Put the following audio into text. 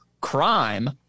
crime